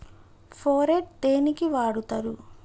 Phorate దేనికి వాడుతరు?